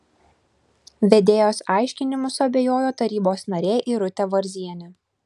vedėjos aiškinimu suabejojo tarybos narė irutė varzienė